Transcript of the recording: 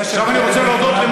תנו לו לדבר.